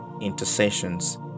intercessions